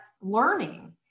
learning